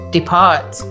Depart